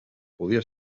podia